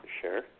Sure